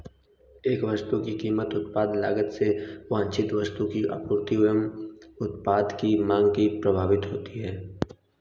एक वस्तु की कीमत उत्पादन लागत से वांछित वस्तु की आपूर्ति और उत्पाद की मांग से प्रभावित होती है